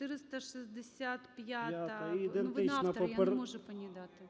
465-а. Ну, ви не автор я не можу по ній дати.